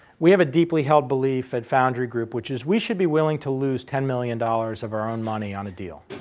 we have a deeply held belief at foundry group, which is we should be willing to lose ten million dollars of our own money on a deal.